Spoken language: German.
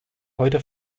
heute